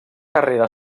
carrera